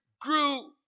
grew